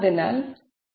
അങ്ങനെ Rt